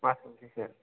मास मोनसेसो